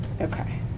Okay